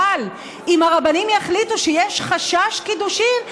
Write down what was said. אבל אם הרבנים יחליטו שיש חשש קידושין,